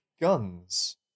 guns